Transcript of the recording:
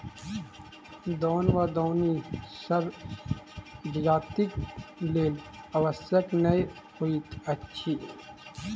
दौन वा दौनी सभ जजातिक लेल आवश्यक नै होइत अछि